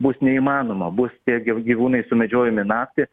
bus neįmanoma bus tie gyvūnai sumedžiojami naktį